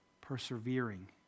persevering